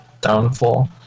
downfall